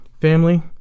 family